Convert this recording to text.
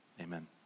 amen